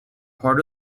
part